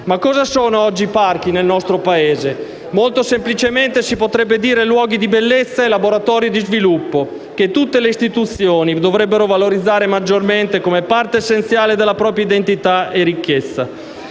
Ma cosa sono oggi i parchi nel nostro Paese? Molto semplicemente si potrebbe dire luoghi di bellezza e laboratori di sviluppo che tutte le istituzioni dovrebbero valorizzare maggiormente come parte essenziale della propria identità e ricchezza.